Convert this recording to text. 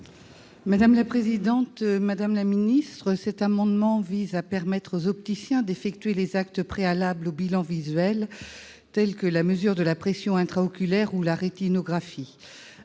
: La parole est à Mme Chantal Deseyne. Cet amendement vise à permettre aux opticiens d'effectuer les actes préalables au bilan visuel tels que la mesure de la pression intra-oculaire ou la rétinographie.